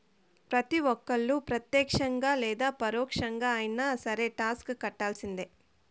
ప్రతి ఒక్కళ్ళు ప్రత్యక్షంగా లేదా పరోక్షంగా అయినా సరే టాక్స్ కట్టాల్సిందే